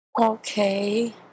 okay